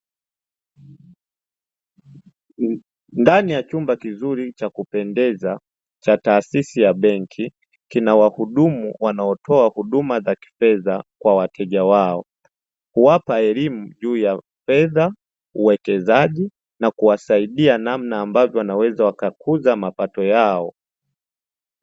Ndani ya chumba kizuri cha kupendeza cha taasisi ya benki kina, wahudumu wanaotoa huduma za kifedha kwa wateja wao. Kuwapa elimu juu ya fedha uwekezaji na kuwasaidia namna ambavyo wanaweza wakakuza mapato yao.